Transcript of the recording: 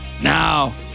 Now